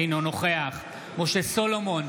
אינו נוכח משה סולומון,